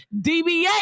DBA